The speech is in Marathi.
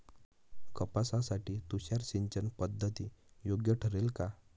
कापसासाठी तुषार सिंचनपद्धती योग्य ठरेल का?